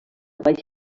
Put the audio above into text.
baixa